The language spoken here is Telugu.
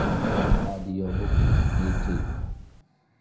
ఆల్బమ్ ఆడియో బుక్ ప్లే చెయ్యి